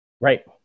Right